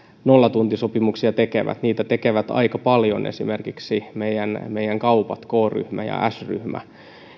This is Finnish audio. nollatuntisopimuksia tekevät niitä tekevät aika paljon esimerkiksi meidän meidän kaupat k ryhmä ja s ryhmä